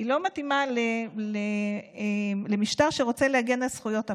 לא מתאימה למשטר שרוצה להג על זכויות הפרט.